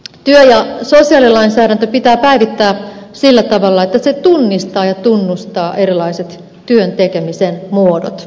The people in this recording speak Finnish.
työ ja sosiaalilainsäädäntö pitää päivittää sillä tavalla että se tunnistaa ja tunnustaa erilaiset työn tekemisen uudet muodot